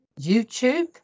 YouTube